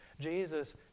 Jesus